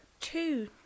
two